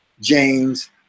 James